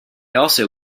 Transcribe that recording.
also